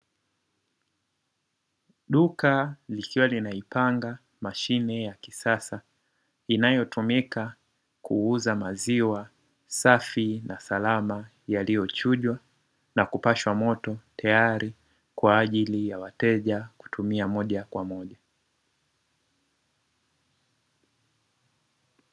Duka likiwa linaipanga mashine ya kisasa inayotumika kuuza maziwa safi na salama, yaliyochujwa na kupashwa moto tayari kwa ajili ya wateja kutumia moja kwa moja.